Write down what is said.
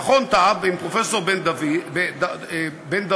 מרכז טאוב, עם פרופסור דן בן-דוד, גם בא